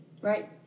Right